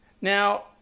Now